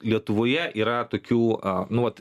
lietuvoje yra tokių a nu vat